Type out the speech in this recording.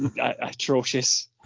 atrocious